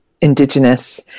indigenous